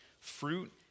fruit